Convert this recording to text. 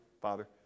Father